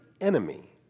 enemy